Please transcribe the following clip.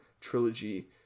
trilogy